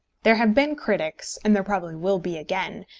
there have been critics and there probably will be again,